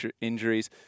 injuries